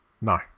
No